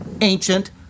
ancient